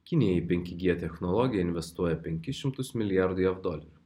kinija į penki g technologiją investuoja penkis šimtus milijardų jav dolerių